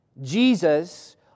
Jesus